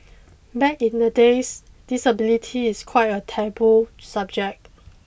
back in the days disability is quite a taboo subject